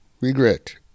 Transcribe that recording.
regret